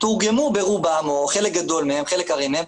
תורגמו ברובם או חלק הארי מהם,